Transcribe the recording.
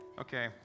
Okay